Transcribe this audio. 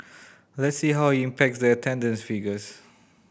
let's see how impacts the attendance figures